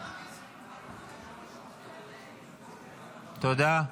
שם, תודה.